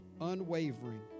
unwavering